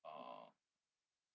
uh